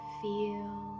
feel